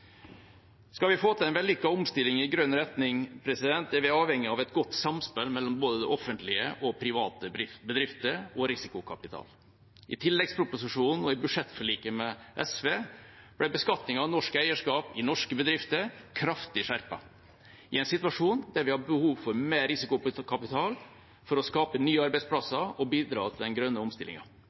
Skal vi få til en vellykket omstilling i grønn retning, er vi avhengig av et godt samspill mellom både det offentlige og private bedrifter og risikokapital. I tilleggsproposisjonen og i budsjettforliket med SV ble beskatningen av norsk eierskap i norske bedrifter kraftig skjerpet – i en situasjon der vi har behov for mer risikokapital for å skape nye arbeidsplasser og bidra til den grønne